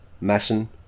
Masson